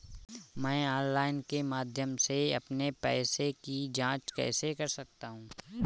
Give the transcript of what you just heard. मैं ऑनलाइन के माध्यम से अपने पैसे की जाँच कैसे कर सकता हूँ?